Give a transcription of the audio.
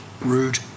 rude